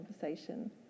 conversation